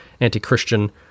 anti-Christian